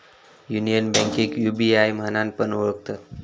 union बैंकेक UBI म्हणान पण ओळखतत